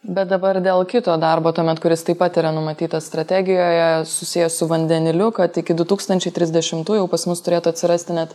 bet dabar dėl kito darbo tuomet kuris taip pat yra numatytas strategijoje susijęs su vandeniliu kad iki du tūkstančiai trisdešimtųjų pas mus turėtų atsirasti net